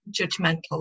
judgmental